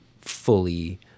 fully